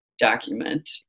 document